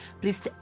Please